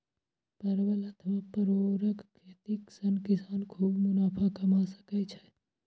परवल अथवा परोरक खेती सं किसान खूब मुनाफा कमा सकै छै